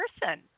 person